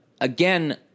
again